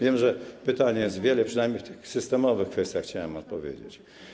Wiem, że pytań jest wiele, przynajmniej w tych systemowych kwestiach chciałem odpowiedzieć.